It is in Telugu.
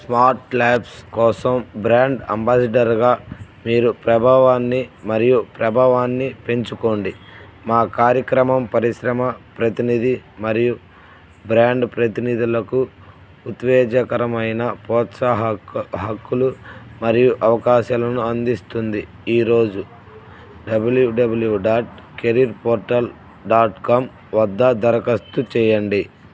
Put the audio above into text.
స్మార్ట్ ల్యాబ్స్ కోసం బ్రాండ్ అంబాసిడర్గా మీరు ప్రభావాన్ని మరియు ప్రభావాన్నిపెంచుకోండి మా కార్యక్రమం పరిశ్రమ ప్రతినిధి మరియు బ్రాండ్ ప్రతినిధులకు ఉత్తేజకరమైన ప్రోత్సాహకాలు మరియు అవకాశాలను అందిస్తుంది ఈ రోజు W W W dot career portal dot com వద్ద దరఖాస్తు చేయండి